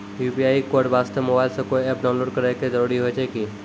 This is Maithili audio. यु.पी.आई कोड वास्ते मोबाइल मे कोय एप्प डाउनलोड करे के जरूरी होय छै की?